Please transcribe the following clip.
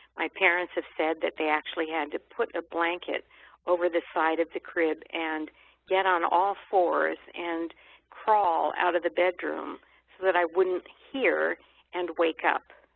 my parents have said that they actually had to put a blanket over the side of the crib and get on all fours and crawl out of the bedroom so that i wouldn't hear and wake up.